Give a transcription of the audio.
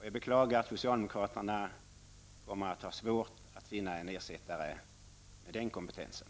Jag beklagar att socialdemokraterna kommer att ha svårt att finna en ersättare med den kompetensen.